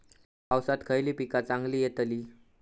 पावसात खयली पीका चांगली येतली?